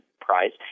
price